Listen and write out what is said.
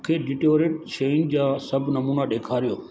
मूंखे डिटोरेंट शयुनि जा सभु नमूना ॾेखारियो